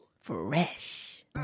Fresh